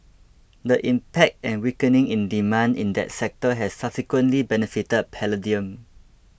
the impact and weakening in demand in that sector has subsequently benefited palladium